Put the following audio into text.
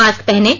mask पहनें